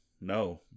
no